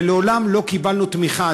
ומעולם לא קיבלנו תמיכה.